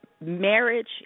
marriage